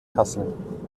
kassel